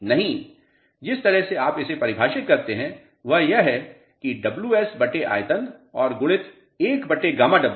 नहीं जिस तरह से आप इसे परिभाषित करते हैं वह यह है कि डब्ल्यूएस Ws बटे आयतन और गुणित 11γw गामा डबल्यू